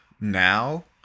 now